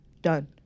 done